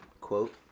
Quote